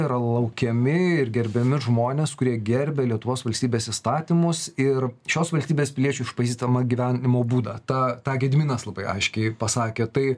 yra laukiami ir gerbiami žmonės kurie gerbia lietuvos valstybės įstatymus ir šios valstybės piliečių išpažįstamą gyvenimo būdą tą tą gediminas labai aiškiai pasakė tai